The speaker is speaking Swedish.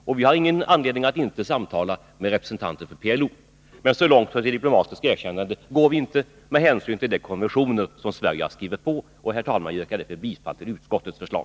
Men så långt som till ett diplomatiskt erkännande går vi inte med hänsyn till de konventioner som Sverige har skrivit under. Herr talman! Jag yrkar bifall till utskottets förslag.